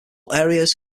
areas